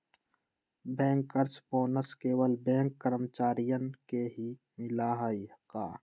Bankers bonus केवल bank कर्मचारियन के ही मिला हई का?